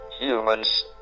Humans